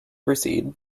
proceed